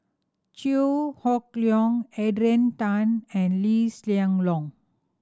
Chew Hock Leong Adrian Tan and Lee Hsien Loong